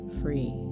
free